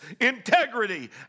integrity